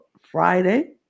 Friday